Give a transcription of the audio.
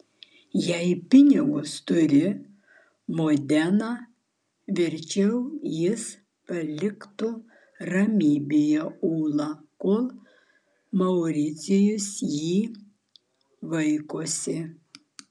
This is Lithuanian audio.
jei pinigus turi modena verčiau jis paliktų ramybėje ulą kol mauricijus jį vaikosi